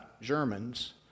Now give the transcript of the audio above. Germans